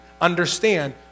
understand